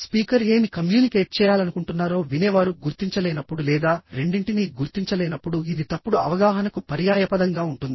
speaker ఏమి communicate చేయాలనుకుంటున్నారో వినేవారు గుర్తించలేనప్పుడు లేదా రెండింటినీ గుర్తించలేనప్పుడు ఇది తప్పుడు అవగాహనకు పర్యాయపదంగా ఉంటుంది